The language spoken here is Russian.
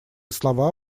слова